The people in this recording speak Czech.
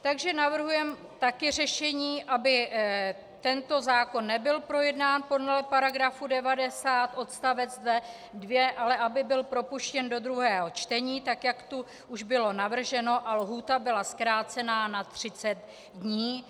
Takže navrhujeme také řešení, aby tento zákon nebyl projednán podle § 90 odst. 2, ale aby byl propuštěn do druhého čtení, tak jak tu už bylo navrženo, a lhůta byla zkrácena na 30 dní.